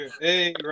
Hey